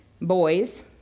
boys